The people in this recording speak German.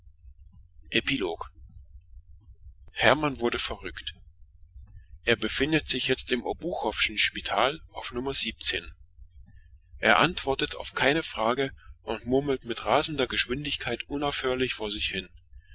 hermann wurde irrsinnig er befindet sich im siebzehnten zimmer des obuchowschen krankenhauses antwortet auf keine frage und murmelt sehr schnell vor sich hin